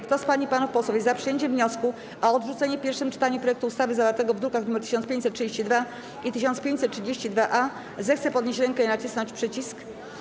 Kto z pań i panów posłów jest za przyjęciem wniosku o odrzucenie w pierwszym czytaniu projektu ustawy zawartego w drukach nr 1532 i 1532-A, zechce podnieść rękę i nacisnąć przycisk.